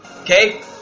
okay